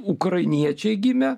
ukrainiečiai gimę